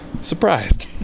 surprised